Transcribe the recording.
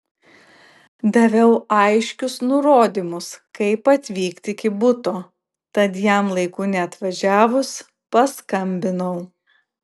daviau aiškius nurodymus kaip atvykti iki buto tad jam laiku neatvažiavus paskambinau